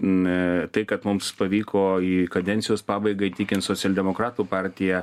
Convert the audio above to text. na tai kad mums pavyko į kadencijos pabaigą įtikint socialdemokratų partiją